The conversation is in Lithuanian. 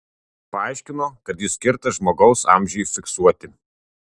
paaiškino kad jis skirtas žmogaus amžiui fiksuoti